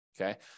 Okay